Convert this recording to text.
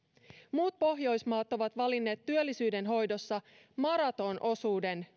muut pohjoismaat ovat valinneet työllisyydenhoidossa maratonosuuden